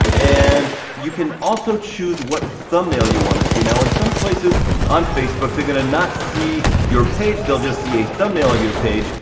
and you can also choose what thumbnail you wanna see, now in some places on facebook, they're gonna not see your page, they'll just see a thumbnail of your page.